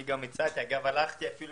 אני גם הצעתי - הלכתי אפילו